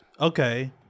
Okay